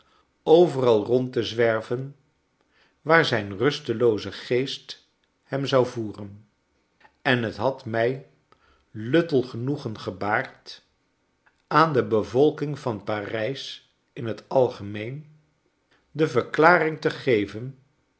overal rond te zwerven waar zijn rustelooze geest hem zou voeren en het had mij luttel genoegen gebaard aan de bevolking van parijs in het algemeen de verklaring te geven